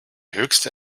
höchste